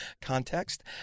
context